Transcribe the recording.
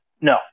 no